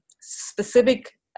specific